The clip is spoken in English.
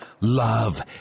Love